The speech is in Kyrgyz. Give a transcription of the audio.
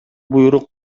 буйрук